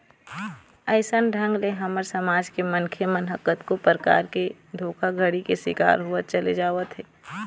अइसन ढंग ले हमर समाज के मनखे मन ह कतको परकार ले धोखाघड़ी के शिकार होवत चले जावत हे